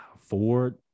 Ford